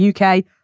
UK